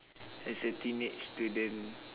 as a teenage student